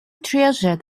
treasure